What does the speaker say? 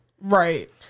right